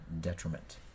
detriment